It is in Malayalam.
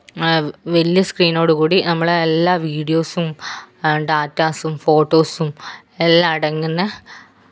വലിയ സ്ക്രീനോടുകൂടി നമ്മളുടെ എല്ലാ വീഡിയോസും ഡാറ്റാസും ഫോട്ടോസും എല്ലാം അടങ്ങുന്ന